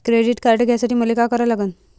Credit card घ्यासाठी मले का करा लागन?